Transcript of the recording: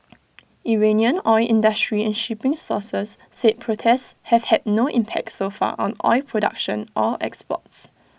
Iranian oil industry and shipping sources said protests have had no impact so far on oil production or exports